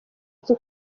byo